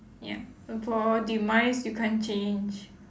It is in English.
ya for demise you can't change